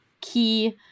key